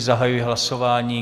Zahajuji hlasování.